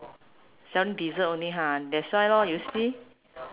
selling dessert only ha that's why lor you see